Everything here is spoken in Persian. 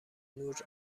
نور